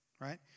right